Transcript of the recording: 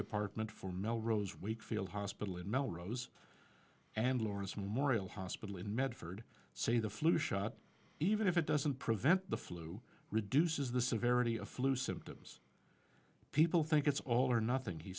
department for melrose weak field hospital in melrose and lawrence morial hospital in medford say the flu shot even if it doesn't prevent the flu reduces the severity of flu symptoms people think it's all or nothing he